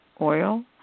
oil